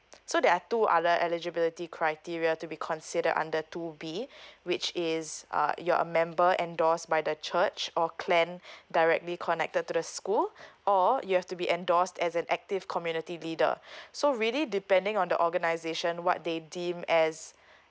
so there are two other eligibility criteria to be considered under two B which is uh you're member endorsed by the church or clan directly connected to the school or you have to be endorsed as an active community leader so really depending on the organization what they deem as